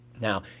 Now